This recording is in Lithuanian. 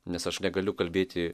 nes aš negaliu kalbėti